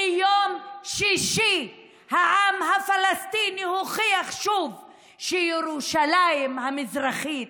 ביום שישי העם הפלסטיני הוכיח שוב שירושלים המזרחית,